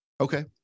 Okay